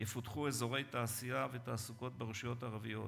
יפותחו אזורי תעשייה ותעסוקה ברשויות הערביות,